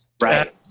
Right